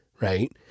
right